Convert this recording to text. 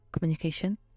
communication